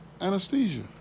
anesthesia